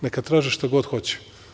Neka traže šta god hoće.